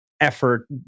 Effort